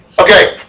Okay